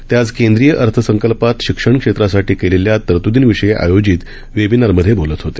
ते आज केंद्रीय अर्थसंकल्पात शिक्षणक्षेत्रासाठी केलेल्या तरतूदींविषयी आयोजित वेबिनारमधे बोलत होते